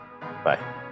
Bye